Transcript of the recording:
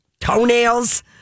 toenails